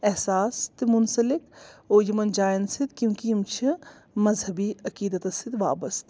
احساس تہِ مُنسلِک او یِمَن جاین سۭتۍ کیٛونٛکہِ یِم چھِ مذہبی عقیٖدتس سۭتۍ وابستہٕ